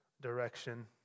direction